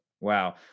wow